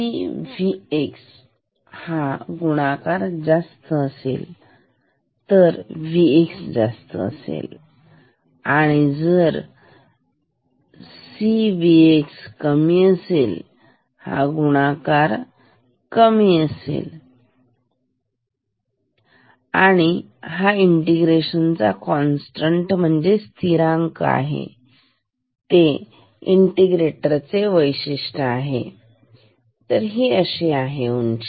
CVx हा गुणाकार जर जास्त असेल तर Vx जास्त असेल आणि जरी Vx कमी असेल तर तो गुणाकार ही कमी असेल आणि हा इंटिग्रेशन चा कॉन्स्टंट स्थिरांक आहे ते इंटिग्रेटर ची वैशिष्ट्यच आहे तर ही आहे उंची